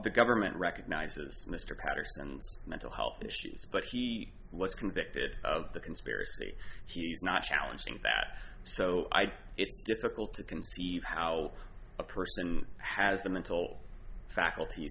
the government recognizes mr patterson's mental health issues but he was convicted of the conspiracy he's not challenging that so i it's difficult to conceive how a person has the mental facult